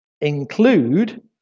include